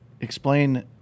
explain